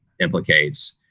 implicates